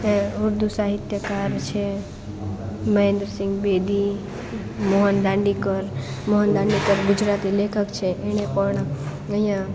એ ઉર્દૂ સાહિત્યકાર છે મહેન્દ્ર સિંગ બેદી મોહન દાંડીકર મોહન દાંડીકર ગુજરાતી લેખક છે એણે પણ અહીંયા